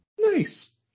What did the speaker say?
nice